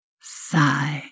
Sigh